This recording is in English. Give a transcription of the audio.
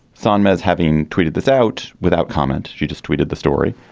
sanchez having tweeted this out without comment. she just tweeted the story.